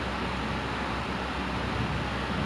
kumpul duit from uh